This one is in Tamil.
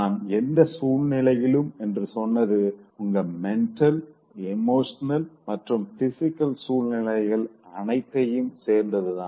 நான் எந்த சூழ்நிலையிலும் என்று சொன்னது உங்க மெண்டல் ஏமோஷனல் மற்றும் பிசிகல் சூழ்நிலைகள் அனைத்தையும் சேர்த்துதான்